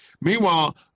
Meanwhile